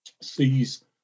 sees